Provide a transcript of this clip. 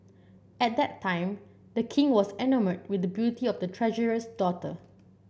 at that time the king was enamoured with beauty of the treasurer's daughter